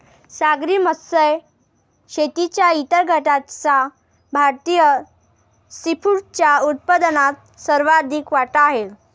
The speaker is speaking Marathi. सागरी मत्स्य शेतीच्या इतर गटाचा भारतीय सीफूडच्या उत्पन्नात सर्वाधिक वाटा आहे